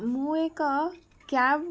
ମୁଁ ଏକ କ୍ୟାବ୍